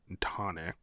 tonic